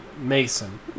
Mason